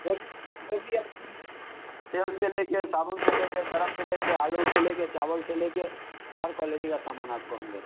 फ़िर जो भी आप लेना चाहो तेल से लेकर साबुन से लेकर सरफ से लेकर आलू से लेकर चावल से लेकर हर क्वालेटी का सामान आपको हम दें